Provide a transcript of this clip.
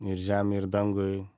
ir žemei ir dangui